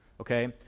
Okay